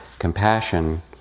Compassion